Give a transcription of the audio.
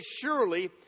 surely